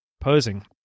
posing